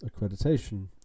accreditation